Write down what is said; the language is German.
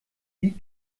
wie